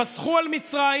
פסחו על מצרים,